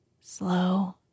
slow